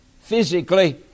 physically